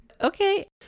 Okay